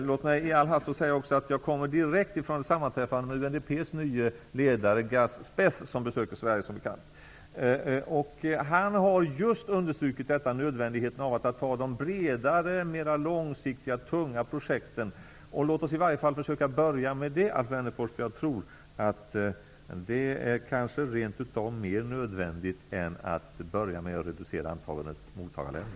Låt mig i all hast också säga att jag kommer direkt från ett sammanträffande med UNDP:s nye ledare Gus Speth som besöker Sverige, som bekant. Han har just understrukit nödvändigheten av att ha bredare, mer långsiktiga och tunga projekt. Låt oss i varje fall försöka börja med detta, Alf Wennerfors. Jag tror att det rent utav är mer nödvändigt än att börja med att reducera antalet mottagarländer.